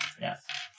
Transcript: Yes